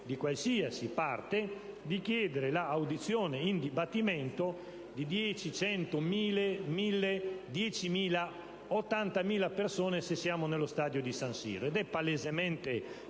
di qualsiasi parte di chiedere l'audizione in dibattimento di 10, 100, 1.000, 10.000 o anche 80.000 persone, se siamo nello stadio di San Siro. È perfino